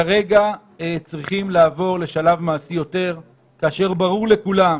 כרגע צריכים לעבור לשלב מעשי יותר כאשר ברור לכולם